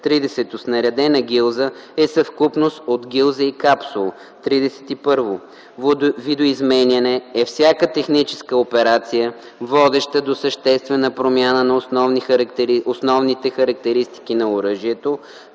30. „Снарядена гилза” е съвкупност от гилза и капсул. 31. “Видоизменяне” е всяка техническа операция, водеща до съществена промяна на основните характеристики на оръжието,